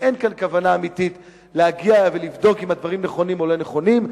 ואין כאן כוונה אמיתית להגיע ולבדוק אם הדברים נכונים או לא נכונים,